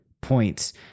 points